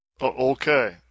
Okay